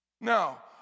Now